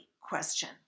question